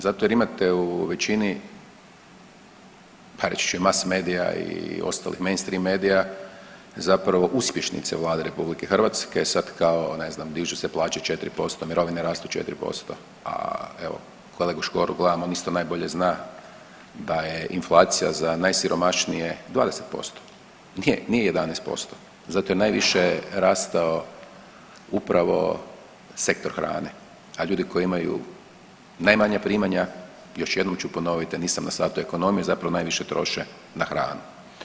Zato jer imate u većini, pa reći ću i mas medija i ostalih mainstream medija zapravo uspješnice Vlade RH, sad kao ne znam dižu se plaće 4%, mirovine rastu 4%, a evo kad Škoru gledamo on isto najbolje zna da je inflacija za najsiromašnije 20%, nije, nije 11%, zato je najviše rastao upravo sektor hrane, a ljudi koji imaju najmanja primanja, još jednom ću ponoviti, ja nisam na satu ekonomije, zapravo najviše troše na hranu.